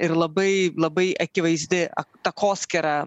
ir labai labai akivaizdi takoskyra